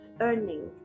earning